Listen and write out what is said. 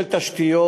של תשתיות,